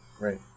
right